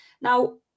Now